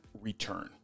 return